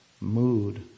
mood